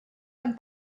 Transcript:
and